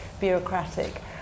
bureaucratic